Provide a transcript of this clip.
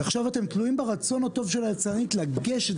אתם תלויים ברצון הטוב של אותה יצרנית לגשת,